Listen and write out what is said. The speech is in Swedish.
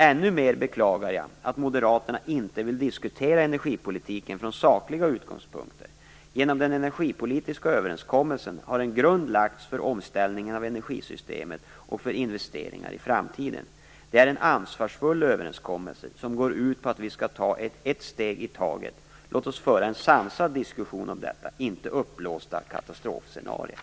Ännu mer beklagar jag att Moderaterna inte vill diskutera energipolitiken från sakliga utgångspunkter. Genom den energipolitiska överenskommelsen har en grund lagts för omställningen av energisystemet och för investeringar i framtiden. Det är en ansvarsfull överenskommelse som går ut på att vi skall ta ett steg i taget. Låt oss föra en sansad diskussion om detta, inte om uppblåsta katastrofscenarier!